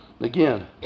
again